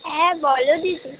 হ্যাঁ বলো দিদি